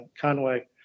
Conway